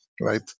right